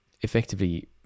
effectively